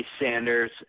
Sanders